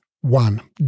one